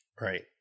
right